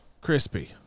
Crispy